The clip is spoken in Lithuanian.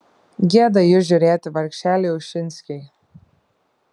gėda į jus žiūrėti vargšeliai ušinskiai